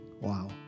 Wow